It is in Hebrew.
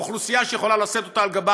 אוכלוסייה שיכולה לשאת אותה על גבה,